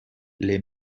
les